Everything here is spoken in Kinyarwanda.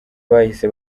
bahise